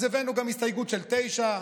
אז הבאנו גם הסתייגות של תשע,